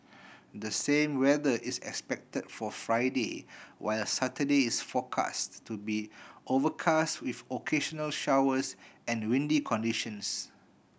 the same weather is expected for Friday while Saturday is forecast to be overcast with occasional showers and windy conditions